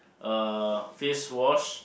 uh face wash